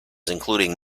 including